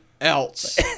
else